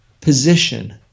position